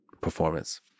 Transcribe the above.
performance